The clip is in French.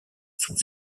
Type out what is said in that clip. sont